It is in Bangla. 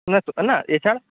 না তো না এছাড়া